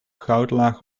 goudlaag